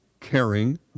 caring